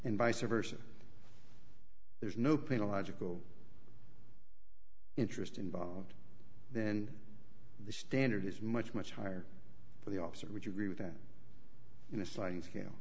and vice versa there's no pain a logical interest involved then the standard is much much higher for the officer would you agree with that in a sliding scale